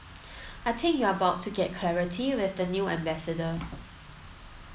I think you are about to get clarity with the new ambassador